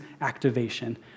activation